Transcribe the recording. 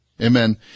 Amen